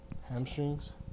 Hamstrings